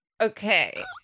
Okay